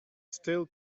still